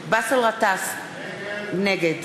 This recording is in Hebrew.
באסל גטאס, נגד